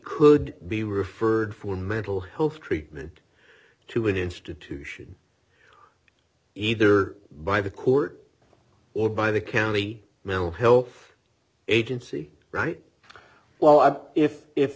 could be referred for mental health treatment to an institution either by the court or by the county mental health agency right well i